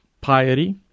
piety